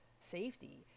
safety